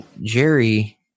Jerry